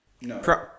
No